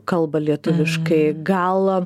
kalba lietuviškai gal